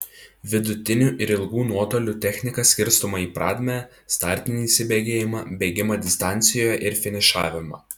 vidutinių ir ilgų nuotolių technika skirstoma į pradmę startinį įsibėgėjimą bėgimą distancijoje ir finišavimą